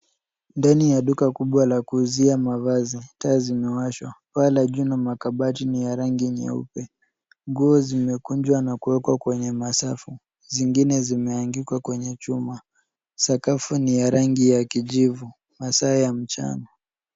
Ndani ya duka kubwa la kuuzia mavazi. Taa zimewashwa. Paa la juu na makabati ni ya rangi nyeupe. Nguo zimekunjwa na kuwekwa kwenye masafu. Zingine zimehangikwa kwenye chuma. Sakafu ni ya rangi ya kijivu. Masaa ya mchana.